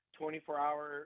24-hour